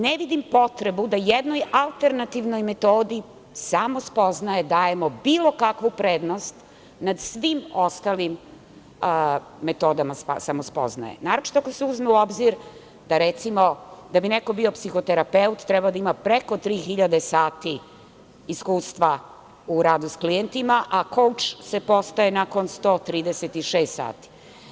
Ne vidim potrebu da jednoj alternativnoj metodi samospoznaje dajemo bilo kakvu prednost nad svim ostalim metodama samospoznaje, naročito ako se uzme u obzir, pa recimo, da bi neko bio psihoterapeut, treba da ima preko tri hiljade sati iskustva u radu sa klijentima, a kouč se postaje nakon 136 sati.